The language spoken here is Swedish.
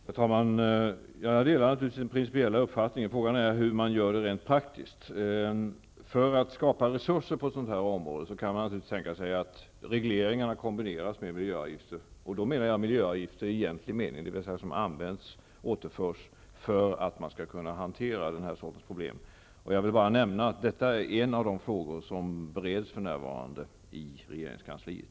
Herr talman! Jag delar naturligtvis den principiella uppfattningen. Frågan är hur man gör det rent praktiskt. Man kan naturligtvis tänka sig att regleringarna kombineras med miljöavgifter för att skapa resurser på detta område. Då menar jag miljöavgifter i egentlig mening, dvs. sådana som används och återförs för att man skall kunna hantera den här sortens problem. Detta är en av de frågor som för närvarande bereds i regeringskansliet.